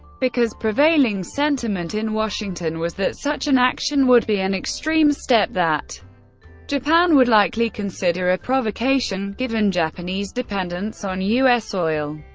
because prevailing sentiment in washington was that such an action would be an extreme step that japan would likely consider a provocation, given japanese dependence on u s. oil.